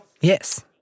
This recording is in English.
Yes